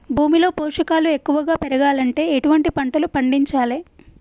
భూమిలో పోషకాలు ఎక్కువగా పెరగాలంటే ఎటువంటి పంటలు పండించాలే?